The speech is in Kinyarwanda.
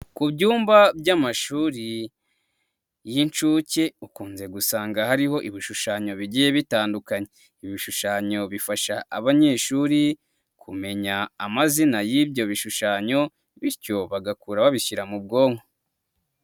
Ku byumba by'amashuri y'inshuke, ukunze gusanga hariho ibishushanyo bigiye bitandukanye, ibi bishushanyo bifasha abanyeshuri, kumenya amazina y'ibyo bishushanyo, bityo bagakura babishyira mu bwonko.